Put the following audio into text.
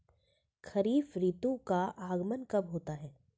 खरीफ ऋतु का आगमन कब होता है?